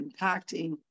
impacting